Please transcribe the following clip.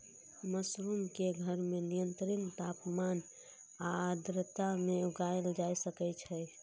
mushroom कें घर मे नियंत्रित तापमान आ आर्द्रता मे उगाएल जा सकै छै